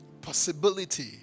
possibility